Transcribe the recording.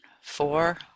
four